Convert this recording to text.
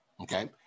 Okay